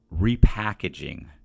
repackaging